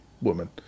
woman